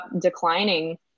declining